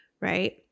right